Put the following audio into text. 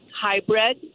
hybrid